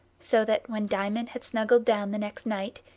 so that, when diamond had snuggled down the next night,